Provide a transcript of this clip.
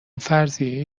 فرضیهای